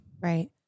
Right